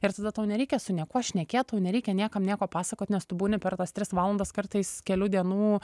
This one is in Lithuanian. ir tada tau nereikia su niekuo šnekėt tau nereikia niekam nieko pasakot nes tu būni per tas tris valandas kartais kelių dienų